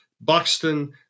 Buxton